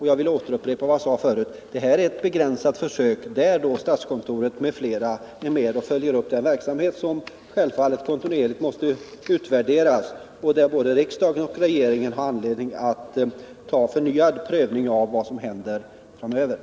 Jag vill upprepa vad jag tidigare sade: Det här är en begränsad försöksverksamhet som bl.a. statskontoret är med och följer upp. Den måste självfallet kontinuerligt utvärderas. Både riksdagen och regeringen har anledning att framöver göra en förnyad prövning.